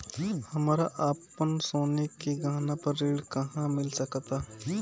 हमरा अपन सोने के गहना पर ऋण कहां मिल सकता?